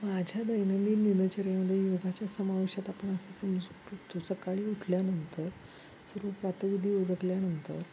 माझ्या दैनंदिन दिनचर्येमध्ये योगाच्या समावेशात आपण असं समजू शकतो सकाळी उठल्यानंतर सर्व प्रातर्विधी उरकल्यानंतर